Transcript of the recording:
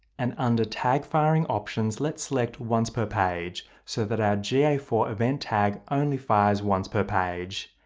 and under tag firing options, let's select once per page, so that our g a four event tag only fires once per page.